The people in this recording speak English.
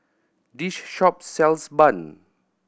this shop sells bun